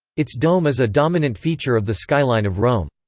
its dome is a dominant feature of the skyline of rome.